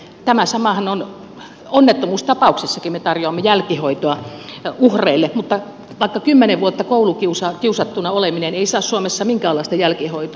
tämä samahan on onnettomuustapauksissakin kun me tarjoamme jälkihoitoa uhreille mutta kymmenen vuotta koulukiusattuna oleminen ei saa suomessa minkäänlaista jälkihoitoa